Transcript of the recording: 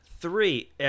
three